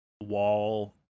wall